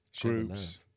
groups